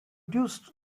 produced